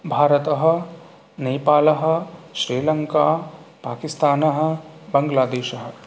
भारतः नेपालः श्रीलङ्का पाकिस्तानः बङ्ग्लादेशः